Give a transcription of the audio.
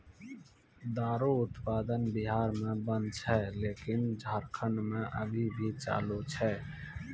दारु उत्पादन बिहार मे बन्द छै लेकिन झारखंड मे अभी भी चालू छै